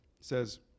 says